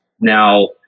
Now